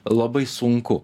labai sunku